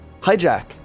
Hijack